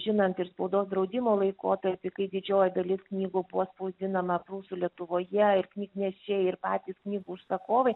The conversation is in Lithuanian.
žinant ir spaudos draudimo laikotarpį kai didžioji dalis knygų buvo spausdinama prūsų lietuvoje ir knygnešiai ir patys knygų užsakovai